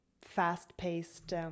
fast-paced